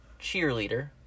cheerleader